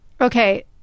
Okay